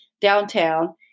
downtown